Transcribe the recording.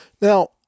Now